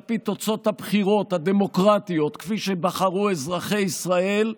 על פי תוצאות הבחירות הדמוקרטיות כפי שבחרו אזרחי ישראל,